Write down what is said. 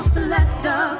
selector